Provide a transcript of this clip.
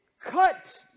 cut